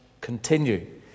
continue